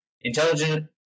Intelligent